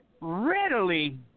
readily